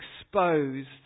exposed